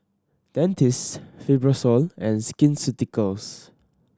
Dentiste Fibrosol and Skin Ceuticals